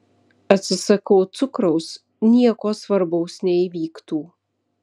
atsisakau cukraus nieko svarbaus neįvyktų